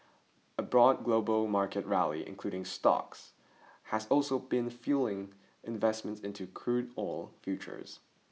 a broad global market rally including stocks has also been fuelling investments into crude oil futures